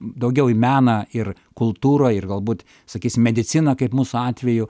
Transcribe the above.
daugiau į meną ir kultūrą ir galbūt sakysim mediciną kaip mūsų atveju